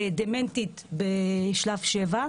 דמנטית בשלב 7,